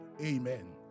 Amen